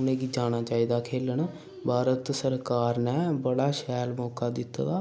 उ'नेंगी जाना चाहिदा खेलन भारत सरकार ने बड़ा शैल मौका दित्ते दा